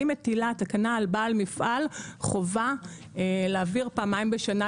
היא מטילה תקנה על בעל מפעל חובה להעביר פעמיים בשנה,